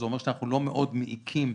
זה אומר שאנחנו לא מאוד מעיקים,